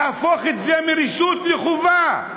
להפוך את זה מרשות לחובה.